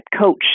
coach